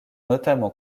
notamment